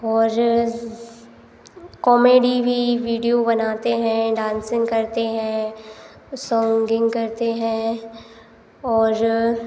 और कॉमेडी भी विडिओ बनाते है डांसिंग करते हैं सोंग्डिंग करते हैं और